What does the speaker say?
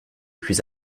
plus